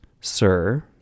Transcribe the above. Sir